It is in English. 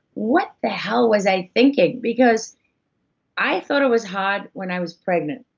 what the hell was i thinking? because i thought it was hard when i was pregnant,